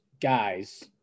guys